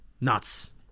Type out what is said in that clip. Nuts